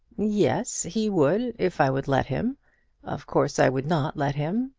yes, he would if i would let him of course i would not let him.